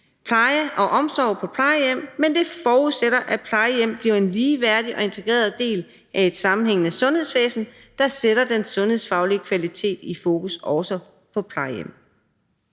pleje og omsorg på plejehjem, men det forudsætter, at plejehjem bliver en ligeværdig og integreret del af et sammenhængende sundhedsvæsen, der sætter den sundhedsfaglige kvalitet i fokus, også på plejehjem.